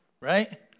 right